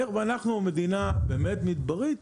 איך ואנחנו מדינה באמת מדברית,